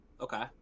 Okay